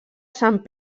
sant